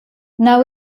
now